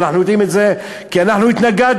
ואנחנו יודעים את זה כי אנחנו התנגדנו,